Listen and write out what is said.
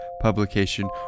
publication